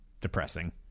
depressing